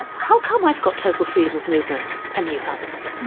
how come i've got total freedom of movement and you haven't?